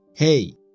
Hey